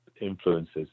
influences